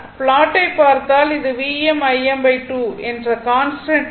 ப்லாட்டை பார்த்தால் இது Vm Im 2 என்ற கான்ஸ்டன்ட் டெர்ம்